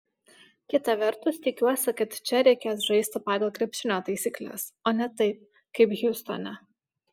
kita vertus tikiuosi kad čia reikės žaisti pagal krepšinio taisykles o ne taip kaip hjustone